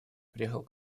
приехал